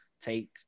take